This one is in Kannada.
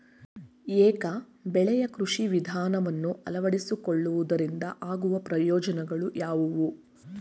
ಏಕ ಬೆಳೆಯ ಕೃಷಿ ವಿಧಾನವನ್ನು ಅಳವಡಿಸಿಕೊಳ್ಳುವುದರಿಂದ ಆಗುವ ಪ್ರಯೋಜನಗಳು ಯಾವುವು?